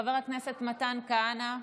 חבר הכנסת מתן כהנא,